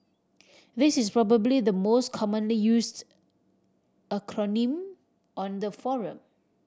this is probably the most commonly used acronym on the forum